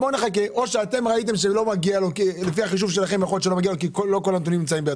אבל אני יוצא מנקודת הנחה שאתה קודם כל רוצה לתת לכולם את המקדמה מלבד